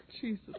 Jesus